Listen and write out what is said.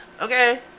Okay